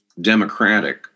democratic